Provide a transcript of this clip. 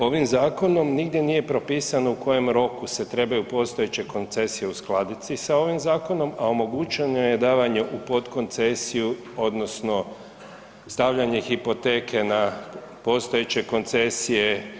Ovim zakonom nigdje nije propisano u kojem roku se trebaju postojeće koncesije uskladiti sa ovim zakonom, a omogućeno je davanje u potkoncesiju odnosno stavljanje hipoteke na postojeće koncesije.